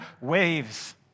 waves